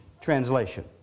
translation